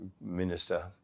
minister